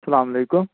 السلام علیکُم